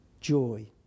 joy